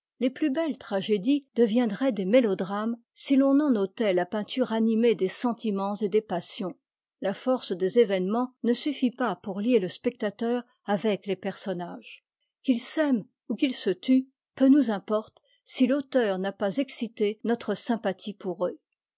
les plus belles tragédies deviendraient des mélodrames si l'on en ôtait la peinture animée des sentiments et des passions la force des événements ne suffit pas pour lier le spectateur avec les personnages qu'ils s'aiment ou qu'ils se tuent peu nous importe si l'auteur n'a pas excité notre sympathie pouremc z